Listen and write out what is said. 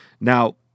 Now